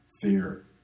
fear